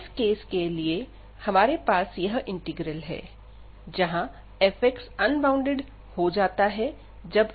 इस केस के लिए हमारे पास यह इंटीग्रल है जहां f अनबॉउंडेड हो जाता है जब x→b है